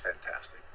fantastic